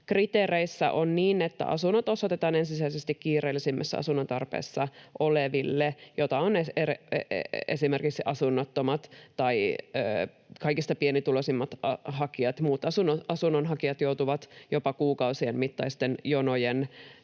kriteereissä on niin, että asunnot osoitetaan ensisijaisesti kiireellisimmässä asunnontarpeessa oleville, joita ovat esimerkiksi asunnottomat tai kaikista pienituloisimmat hakijat. Muut asunnonhakijat joutuvat jopa kuukausien mittaisten jonojen